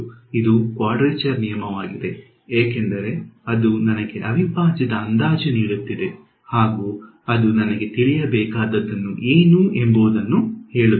ಹೌದು ಇದು ಕ್ವಾಡ್ರೇಚರ್ ನಿಯಮವಾಗಿದೆ ಏಕೆಂದರೆ ಅದು ನನಗೆ ಅವಿಭಾಜ್ಯದ ಅಂದಾಜು ನೀಡುತ್ತಿದೆ ಹಾಗೂ ಅದು ನನಗೆ ತಿಳಿಯಬೇಕಾದದ್ದು ಏನು ಎಂಬುದನ್ನು ಹೇಳುತ್ತಿದೆ